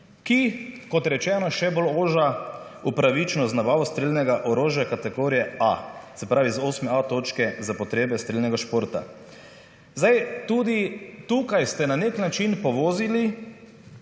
ki, kot rečeno, še bolj oži upravičnost z nabavo strelnega orožja kategorije A, se pravi z 8.a točke za potrebe strelnega športa. Tudi tukaj ste na nek način povozili